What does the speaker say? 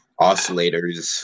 oscillators